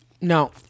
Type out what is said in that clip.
no